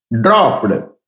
dropped